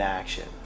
action